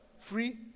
free